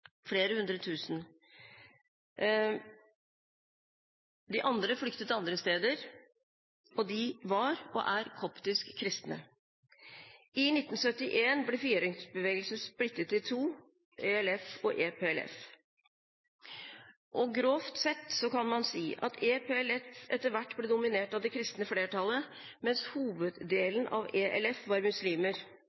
flere hundre tusen. De andre flyktet andre steder, og de var – og er – koptisk kristne. I 1971 ble frigjøringsbevegelsen splittet i to: ELF og EPLF. Grovt sett kan man si at EPLF etter hvert ble dominert av det kristne flertallet, mens hoveddelen av ELF var muslimer.